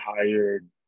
hired